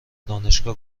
دانشگاه